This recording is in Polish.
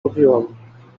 lubiłam